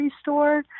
store